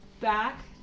back